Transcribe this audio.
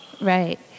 Right